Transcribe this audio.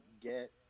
get